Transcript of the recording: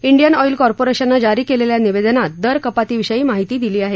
Indian Oil कॉर्पोरेशननं जारी केलेल्या निवेदनात दर कपातीविषयी माहिती दिली आहे